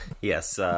Yes